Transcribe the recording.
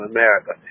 America